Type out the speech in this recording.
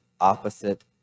opposite